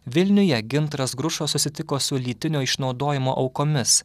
vilniuje gintaras grušas susitiko su lytinio išnaudojimo aukomis